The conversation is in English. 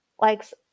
likes